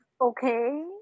Okay